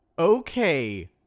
Okay